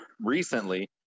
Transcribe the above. recently